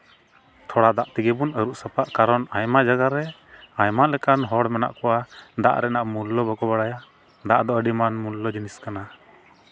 ᱛᱷᱚᱲᱟ ᱫᱟᱜ ᱛᱮᱜᱮ ᱵᱚᱱ ᱟᱹᱨᱩᱵ ᱥᱟᱯᱷᱟᱜ ᱠᱟᱨᱚᱱ ᱟᱭᱢᱟ ᱡᱟᱭᱜᱟ ᱨᱮ ᱟᱭᱢᱟ ᱞᱮᱠᱟᱱ ᱦᱚᱲ ᱢᱮᱱᱟᱜ ᱠᱚᱣᱟ ᱫᱟᱜ ᱨᱮᱭᱟᱜ ᱢᱩᱞᱞᱚ ᱵᱟᱠᱚ ᱵᱟᱲᱟᱭᱟ ᱫᱟᱜ ᱫᱚ ᱟᱹᱰᱤ ᱢᱟᱱ ᱢᱩᱞᱞᱚ ᱡᱤᱱᱤᱥ ᱠᱟᱱᱟ